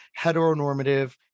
heteronormative